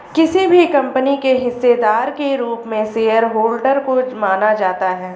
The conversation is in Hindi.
किसी भी कम्पनी के हिस्सेदार के रूप में शेयरहोल्डर को माना जाता है